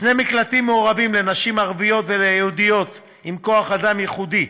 שני מקלטים מעורבים לנשים ערביות ויהודיות עם כוח-אדם ייחודי